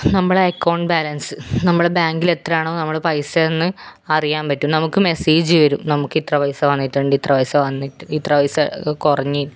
നമ്മുടെ account balance നമ്മുടെ ബാങ്കിൽ എത്രയാണോ പൈസയെന്ന് അറിയാൻ പറ്റും നമുക്ക് മെസ്സേജ് വരും നമുക്ക് ഇത്ര പൈസ വന്നിട്ടുണ്ട് ഇത്ര പൈസ വന്നി ഇത്ര പൈസ കുറഞ്ഞു